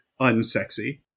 unsexy